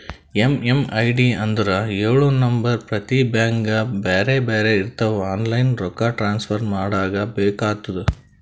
MMID ಅಂದುರ್ ಎಳು number ಪ್ರತಿ ಬ್ಯಾಂಕ್ಗ ಬ್ಯಾರೆ ಬ್ಯಾರೆ ಇರ್ತಾವ್ ಆನ್ಲೈನ್ ರೊಕ್ಕಾ ಟ್ರಾನ್ಸಫರ್ ಮಾಡಾಗ ಬೇಕ್ ಆತುದ